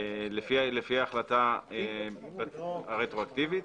לפי ההחלטה הרטרואקטיבית,